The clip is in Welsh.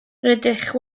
rydych